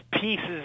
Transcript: pieces